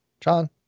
John